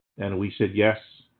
and we said yes.